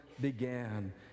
began